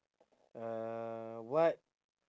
uh what